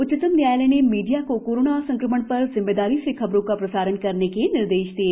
उच्चतम न्यायालय ने मीडिया को कोरोना संक्रमण पर जिम्मेदारी से खबरों का प्रसारण करने के निर्देश दिए